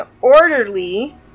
orderly